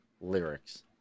lyrics